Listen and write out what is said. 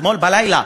אתמול בלילה,